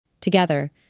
Together